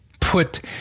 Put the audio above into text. put